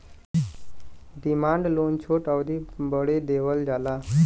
demand loan छोट अवधी बदे देवल जाला